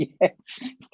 yes